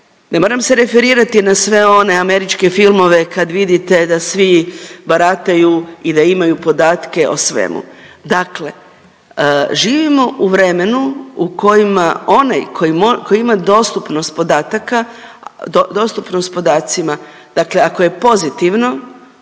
ne moram se referirati na sve one američke filmove kad vidite da svi barataju i da imaju podatke o svemu. Dakle živimo u vremenu u kojima onaj koji ima dostupnost podataka, dostupnost podacima dakle ako je pozitivno,